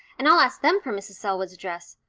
and i'll ask them for mrs. selwood's address.